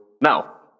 now